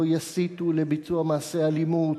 לא יסיתו לביצוע מעשי אלימות,